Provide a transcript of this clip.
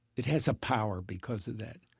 it has a power because of that.